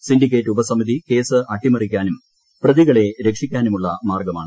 syndicate ഉപസമിതി case അട്ടിമറിക്കാനും പ്രതികളെ രക്ഷിക്കാനുള്ള മാർഗമാണ്